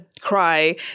cry